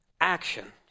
action